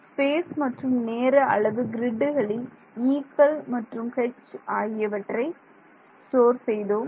space மற்றும் நேர அளவு கிரிட்டுகளில் E க்கள் மற்றும் H ஆகியவற்றை ஸ்டோர் செய்தோம்